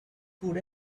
food